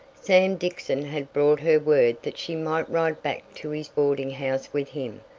sam dixon had brought her word that she might ride back to his boarding house with him,